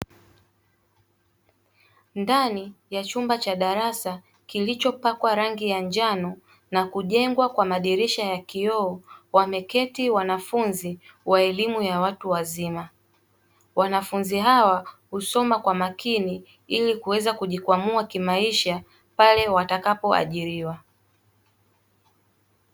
Ndani ya chumba cha darasa kilichopakwa rangi ya njano na kujengwa kwa madirisha ya kioo wameketi wanafunzi wa elimu ya watu wazima. Wanafunzi hawa husoma kwa makini ili kuweza kujikwamua kimaisha pale watakapo ajiriwa.